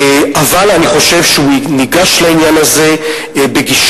אבל אני חושב שהוא ניגש לעניין הזה בגישה